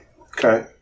Okay